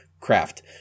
Craft